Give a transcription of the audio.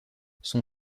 son